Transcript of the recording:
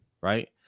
right